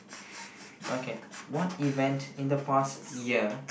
okay what event in the past year